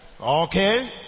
Okay